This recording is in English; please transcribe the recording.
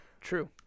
True